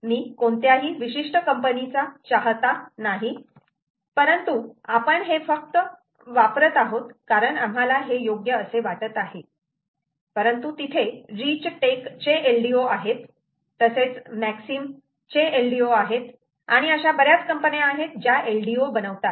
मी कोणत्याही विशिष्ट कंपनीचा चाहता नाही परंतु आपण फक्त हे वापरत आहोत कारण आम्हाला हे योग्य असे वाटत आहे परंतु तिथे रिच टेक चे LDO आहेत तसेच मॅक्सिम चे LDO आहेत आणि अशा बऱ्याच कंपन्या आहेत ज्या LDO बनवतात